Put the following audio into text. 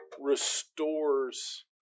restores